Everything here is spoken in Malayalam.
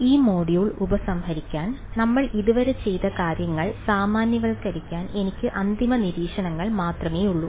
ഈ മൊഡ്യൂൾ ഉപസംഹരിക്കാൻ നമ്മൾ ഇതുവരെ ചെയ്ത കാര്യങ്ങൾ സാമാന്യവൽക്കരിക്കാൻ എനിക്ക് അന്തിമ നിരീക്ഷണങ്ങൾ മാത്രമേയുള്ളൂ